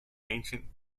ancient